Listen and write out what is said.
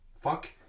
fuck